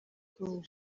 king